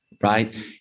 right